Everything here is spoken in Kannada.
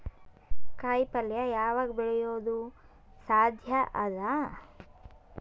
ಕಾಯಿಪಲ್ಯ ಯಾವಗ್ ಬೆಳಿಯೋದು ಸಾಧ್ಯ ಅದ?